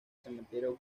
cementerio